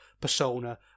persona